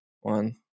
one